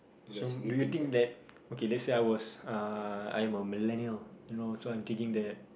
so do you think that okay let's say I was uh I'm a millennial you know so I'm thinking that